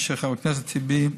מה שחבר הכנסת טיבי,